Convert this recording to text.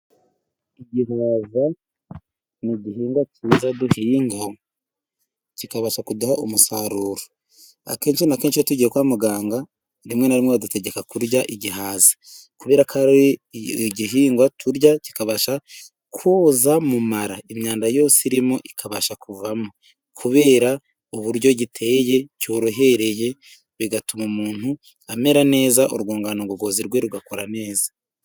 Igihaza n'igihingwa kiza duhinga kikabasha kuduha umusaruro, akenshi na kenshi tugoye kwa muganga rimwe na rimwe adutegeka kurya igihaza kubera ko ari igihingwa turya kikabasha koza mu mara imyanda yose irimo ikabasha kuvamo, kubera uburyo giteye cyorohereye, bigatuma umuntu amera neza urwungano ngogozi rwe rugakora neza.